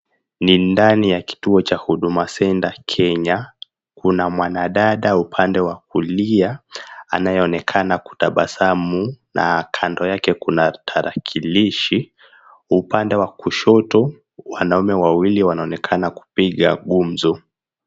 Ni ndani ya kituo cha Huduma Centre Kenya, kuna mwanadada upande wa kulia anaonekana kutabasamu na kando yake kuna tarakilishi. Upande wa kushoto wanaume wawili wanaonekana kupiga gumzo.